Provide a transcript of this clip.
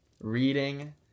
reading